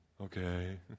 Okay